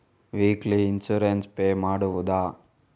Weekly insurance pay ಮಾಡುವುದ?